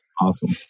awesome